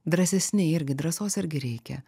drąsesni irgi drąsos irgi reikia